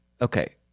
okay